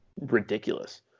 ridiculous